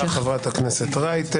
תודה רבה, חברת הכנסת רייטן.